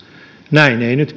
näin ei nyt